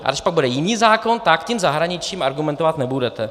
A když pak bude jiný zákon, tak tím zahraničím argumentovat nebudete!